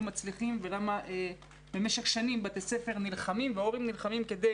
מצליחים ולמה במשך שנים בתי ספר נלחמים והורים נלחמים כדי